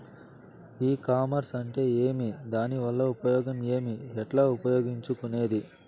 ఈ కామర్స్ అంటే ఏమి దానివల్ల ఉపయోగం ఏమి, ఎట్లా ఉపయోగించుకునేది?